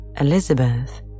Elizabeth